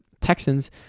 Texans